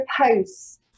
posts